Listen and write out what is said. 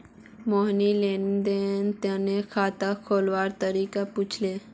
मोहिनी लेन देनेर तने खाता खोलवार तरीका पूछले